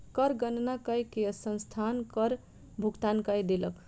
कर गणना कय के संस्थान कर भुगतान कय देलक